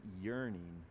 yearning